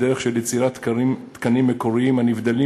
בדרך של יצירת תקנים מקוריים הנבדלים